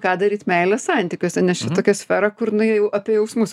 ką daryt meilės santykiuose nes čia tokia sfera kur nu ji jau apie jausmus